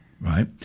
right